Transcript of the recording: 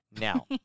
Now